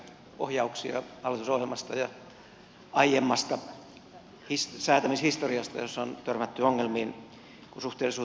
ohjauksia hallitusohjelmasta ja aiemmasta säätämishistoriasta jossa on törmätty ongelmiin kun suhteellisuutta on koetettu parantaa